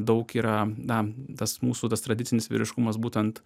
daug yra na tas mūsų tas tradicinis vyriškumas būtent